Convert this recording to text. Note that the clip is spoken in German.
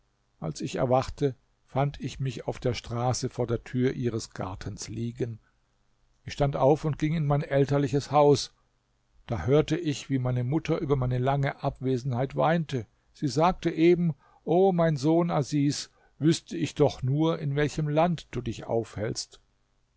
als ich erwachte fand ich mich auf der straße vor der tür ihres gartens liegen ich stand auf und ging in mein elterliches haus da hörte ich wie meine mutter über meine lange abwesenheit weinte sie sagte eben o mein sohn asis wüßte ich doch nur in welchem land du dich aufhältst